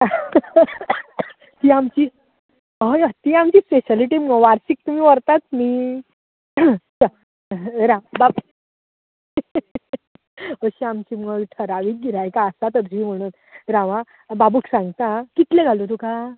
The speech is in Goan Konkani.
ती आमची हय हय ती आमची स्पेशलटी मुगो वार्शीक तुमी व्हरतात न्ही राव दा अशीं आमची मगो ठरावीक गिरायकां आसात हरशीं म्हणून राव आ बाबूक सांगता आ कितलें घालूं तुका